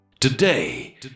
Today